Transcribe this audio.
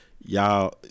y'all